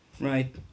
Right